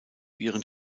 ihren